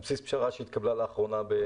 על בסיס פשרה שהתקבלה לאחרונה בנושא.